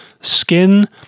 skin